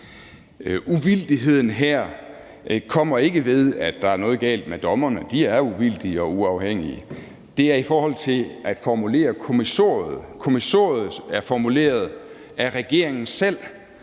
Uvildigheden her kommer ikke ved, at der er noget galt med dommerne – de er uvildige og uafhængige – det er i forhold til at formulere kommissoriet. Kommissoriet er formuleret af regeringen selv